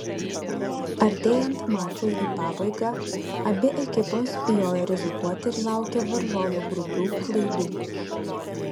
artėjant mačui į pabaigą abi ekipos bijojo rizikuoti ir laukė varžovų grubių klaidų